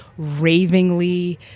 ravingly